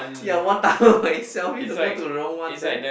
ya one tower by itself you don't go to the wrong one then